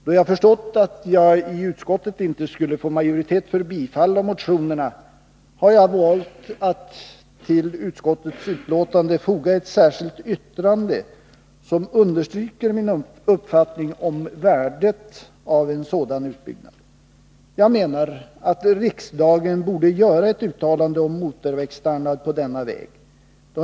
Då jag förstått att jag i utskottet inte skulle få majoritet för bifall till motionerna, har jag valt att till utskottets betänkande foga ett särskilt yttrande som understryker min uppfattning om värdet av en sådan utbyggnad. Jag menar att riksdagen borde göra ett uttalande om motorvägsstandard på denna väg.